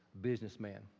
businessman